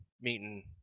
meeting